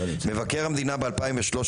מבקר המדינה ב-2013,